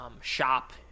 shop